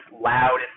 loud